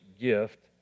gift